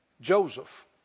Joseph